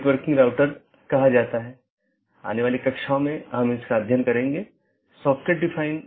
network layer reachability की जानकारी की एक अवधारणा है